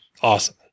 Awesome